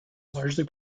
largely